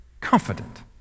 confident